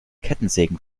kettensägen